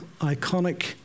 iconic